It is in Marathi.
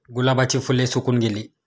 गुलाबाची फुले सुकून गेली